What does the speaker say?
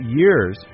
years